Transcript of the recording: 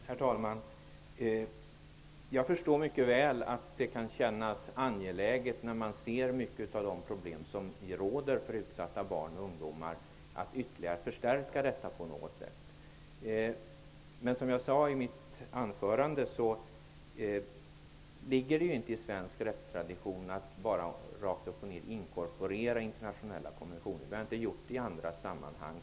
Herr talman! Jag förstår mycket väl att det kan kännas angeläget att göra ytterligare förstärkningar för att komma till rätta med de problem som utsatta barn och ungdomar har. Men, som jag sade i mitt anförande, det tillhör inte svensk rättstradition att man rakt upp och ner inkorporerar internationella konventioner. Vi har inte gjort det i andra sammanhang.